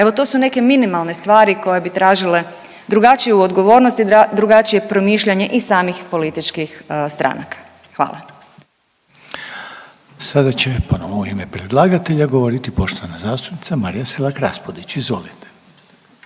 Evo, to su neke minimalne stvari koje bi tražile drugačiju odgovornost i drugačije promišljanje i samih političkih stranaka. Hvala. **Reiner, Željko (HDZ)** Sada će ponovo u ime predlagatelja govoriti poštovana zastupnica Marija Selak Raspudić. Izvolite.